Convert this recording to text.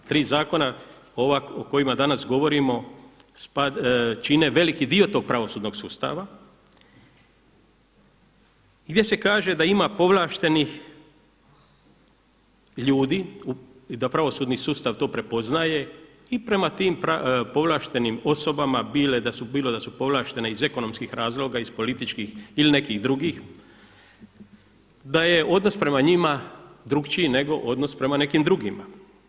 Tri zakona o kojima danas govorimo čine veliki dio tog pravosudnog sustava, gdje se kaže da ima povlaštenih ljudi i da pravosudni sustav to prepoznaje i prema tim povlaštenim osobama, bilo da su povlaštene iz ekonomskih razloga ili iz političkih ili nekih drugih, da je odnos prema njima drukčiji nego odnos prema nekim drugima.